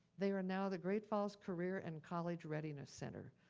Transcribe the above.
they are now the great falls career and college readiness center.